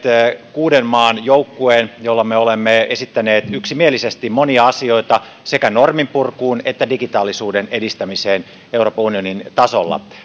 kuuden maan joukkueen jolla me olemme esittäneet yksimielisesti monia asioita sekä norminpurkuun että digitaalisuuden edistämiseen euroopan unionin tasolla